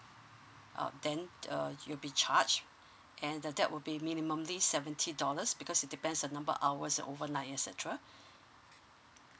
uh then uh you will be charge and the that will be minimally seventy dollars because it depends a number hours overnight et cetera